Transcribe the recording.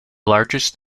largest